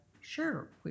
sure